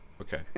okay